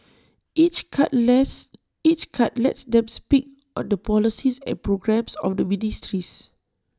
each cut lets each cut lets them speak on the policies and programmes of the ministries